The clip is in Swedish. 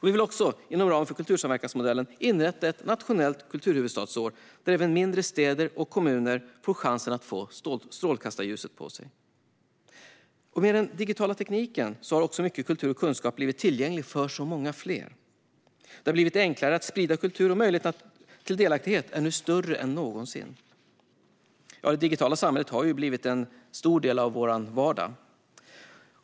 Vi vill också inom ramen för kultursamverkansmodellen inrätta ett nationellt kulturhuvudstadsår, där även mindre städer och kommuner får chansen att få strålkastarljuset på sig. Med den digitala tekniken har mycket kultur och kunskap blivit tillgänglig för många fler. Det har blivit enklare att sprida kultur, och möjligheten till delaktighet är nu större än någonsin. Det digitala samhället har blivit en stor del av vår vardag.